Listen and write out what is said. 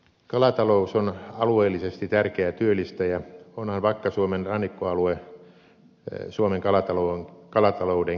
kalatalous on alueellisesti tärkeä työllistäjä onhan vakka suomen rannikkoalue suomen kalatalouden keskuksia